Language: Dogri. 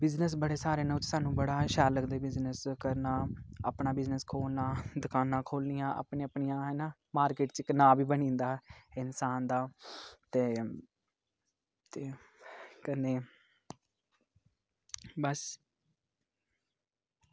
बिज़नेस बड़े सारे न ओह्दे च सानू बड़ा शैल लगदा बिज़नेस करना अपना बिज़नेस खोलना दकानां खोलनियां अपनियां अपनियां ऐ ना मार्किट च इक नांऽ बी बनी जंदा इन्सान दा ते ते कन्नै बस